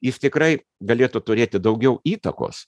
jis tikrai galėtų turėti daugiau įtakos